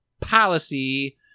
policy